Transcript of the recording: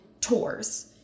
tours